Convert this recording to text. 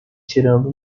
tirando